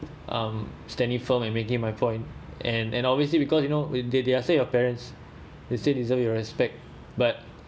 um standing firm and making my point and and obviously because you know when they they are still your parents they said isn't you respect but